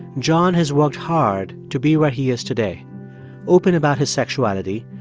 john has worked hard to be what he is today open about his sexuality,